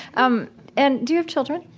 um and do you have children?